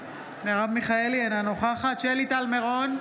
אינה נוכחת שלי טל מירון,